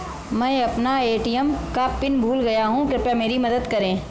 मैं अपना ए.टी.एम का पिन भूल गया हूं, कृपया मेरी मदद करें